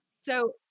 So-